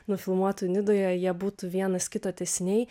nufilmuotų nidoje jie būtų vienas kito tęsiniai